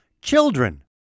children